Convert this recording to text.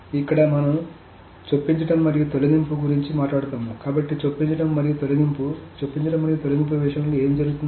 ఇక్కడ మనం చొప్పించడం మరియు తొలగింపు గురించి మాట్లాడతాము కాబట్టి చొప్పించడం మరియు తొలగింపు చొప్పించడం మరియు తొలగింపు విషయంలో ఏమి జరుగుతుంది